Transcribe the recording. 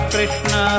Krishna